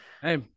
Hey